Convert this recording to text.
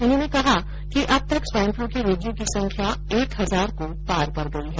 उन्होंने कहा कि अब तक स्वाइन पलू के रोगियों की संख्या एक हजार को पार कर गयी है